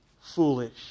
foolish